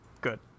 Good